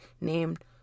named